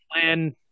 plan